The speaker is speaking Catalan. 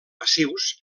passius